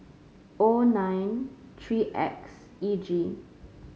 O nine three X E G